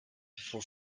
before